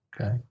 okay